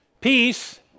Peace